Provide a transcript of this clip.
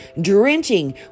drenching